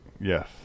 Yes